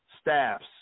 staffs